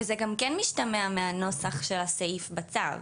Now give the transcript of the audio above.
וזה גם כן משתמע מהנוסח של הסעיף בצו.